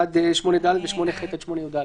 עד (8ד) ו-(8ח) עד (8יא)".